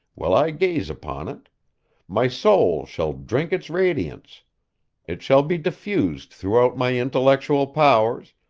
will i gaze upon it my soul shall drink its radiance it shall be diffused throughout my intellectual powers,